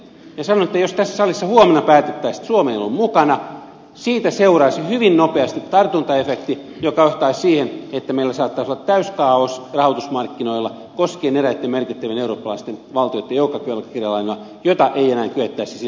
ja sanon että jos tässä salissa huomenna päätettäisiin että suomi ei ole mukana siitä seuraisi hyvin nopeasti tartuntaefekti joka johtaisi siihen että meillä saattaisi olla täysi kaaos rahoitusmarkkinoilla koskien eräitten merkittävien eurooppalaisten valtioitten joukkovelkakirjalainoja joita ei enää kyettäisi siinä tilanteessa hallitsemaan